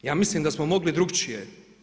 Ja mislim da smo mogli drukčije.